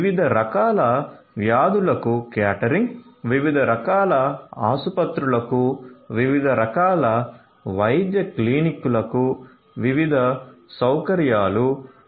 వివిధ రకాల వ్యాధులకు క్యాటరింగ్ వివిధ రకాల ఆసుపత్రులకు వివిధ రకాల వైద్య క్లినిక్లకు వివిధ సౌకర్యాలు ఉన్నాయి